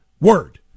word